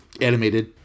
animated